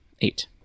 Eight